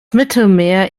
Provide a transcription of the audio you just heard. mittelmeer